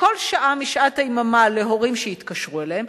כל שעה משעות היממה להורים שיתקשרו אליהם,